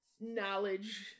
knowledge